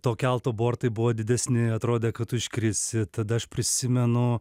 to kelto bortai buvo didesni atrodė kad tu iškrisi tada aš prisimenu